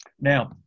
Now